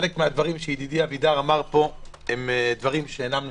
חלק מהדברים שידידי אבידר אמר פה אינם נכונים.